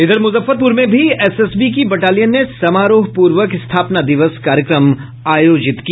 इधर मुजफ्फरपुर में भी एसएसबी की बटालियन ने समारोहपूर्वक स्थापना दिवस कार्यक्रम आयोजित किया